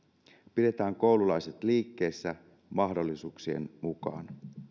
pidetään koululaiset liikkeessä mahdollisuuksien mukaan